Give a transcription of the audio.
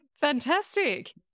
Fantastic